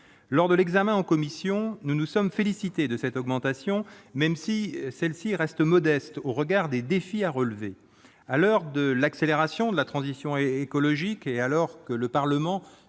de la mission en commission, nous nous sommes félicités de cette augmentation, même si elle reste modeste, au regard des défis à relever. À l'heure de l'accélération de la transition écologique, et alors que le Parlement